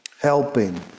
helping